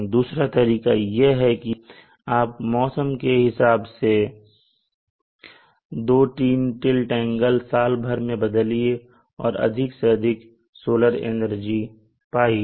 दूसरा तरीका यह है कि आप मौसम के हिसाब से 2 3 टिल्ट एंगल साल भर में बदलिए और अधिक से अधिक सोलर एनर्जी पाइए